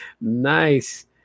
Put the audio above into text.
Nice